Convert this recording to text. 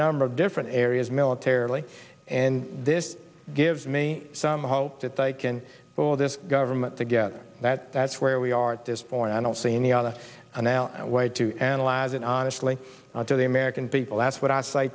number of different areas militarily and this gives me some hope that they can pull this government together that that's where we are at this point i don't see any other way to analyze it honestly to the american people that's what i say